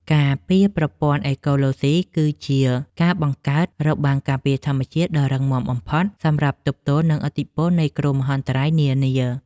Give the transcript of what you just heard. ការពារប្រព័ន្ធអេកូឡូស៊ីគឺជាការបង្កើតរបាំងការពារធម្មជាតិដ៏រឹងមាំបំផុតសម្រាប់ទប់ទល់នឹងឥទ្ធិពលនៃគ្រោះមហន្តរាយនានា។